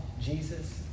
Jesus